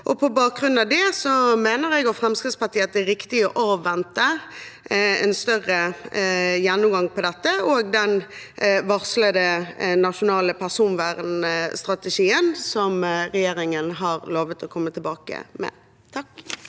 På bakgrunn av det mener jeg og Fremskrittspartiet at det er riktig å avvente en større gjennomgang av dette og den varslede nasjonale personvernstrategien som regjeringen har lovet å komme tilbake med.